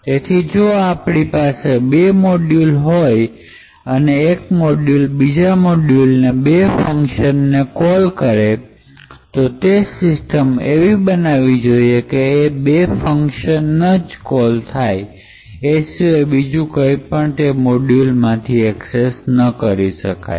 તેથી જો આપણી પાસે બે મોડયુલ હોય અને એક મોડયુલ બીજે મોડયુલના બે ફંકશન ને કોલ કરે તો સિસ્ટમ એવી રીતે બનાવવી જોઈએ કે એ બે ફંકશન જ કોલ થાય એ સિવાયનું બીજું કંઈ પણ તે મોડયુલ માંથી એક્સેસ ન કરી શકાય